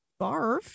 barf